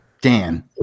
Dan